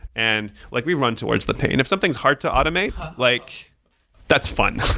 and like we run towards the pain. if something is hard to automate, like that's fun.